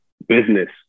business